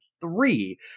Three